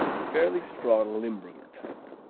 fairly strong limburger type.